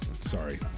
Sorry